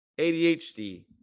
ADHD